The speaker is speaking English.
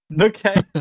Okay